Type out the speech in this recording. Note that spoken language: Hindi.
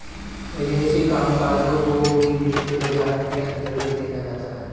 विदेशी कामकजों को भी वित्तीय बाजार के अन्तर्गत देखा जाता है